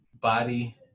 body